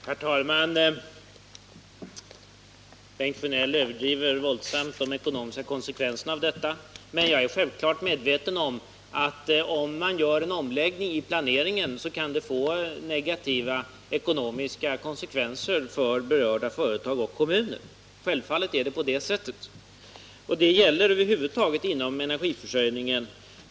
Herr talman! Bengt Sjönell överdriver våldsamt de ekonomiska konsekvenserna av detta, men jag är självfallet medveten om att ifall man gör en omläggning i planeringen, kan det få negativa ekonomiska konsekvenser för berörda företag och kommuner. Givetvis är det på det sättet. Det gäller över huvud taget inom energiförsörjningen.